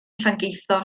llangeitho